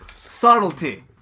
Subtlety